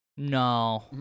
no